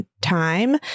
time